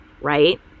Right